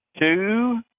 Two